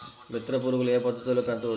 మిత్ర పురుగులు ఏ పద్దతిలో పెంచవచ్చు?